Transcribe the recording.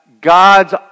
God's